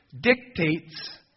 dictates